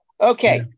okay